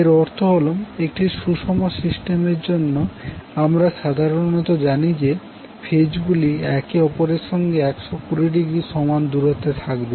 এর অর্থ হল একটি সুষম সিস্টেমের জন্য আমরা সাধারনত জানি যে ফেজ গুলি একে অপরের সঙ্গে 120০ সমান দূরত্বে থাকবে